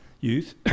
youth